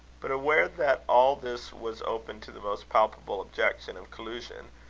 but, aware that all this was open to the most palpable objection of collusion,